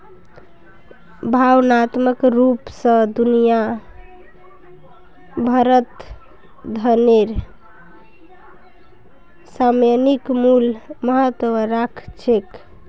भावनात्मक रूप स दुनिया भरत धनेर सामयिक मूल्य महत्व राख छेक